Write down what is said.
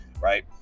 Right